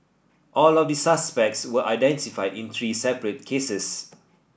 all of the suspects were identified in three separate cases